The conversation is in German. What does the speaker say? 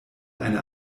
eine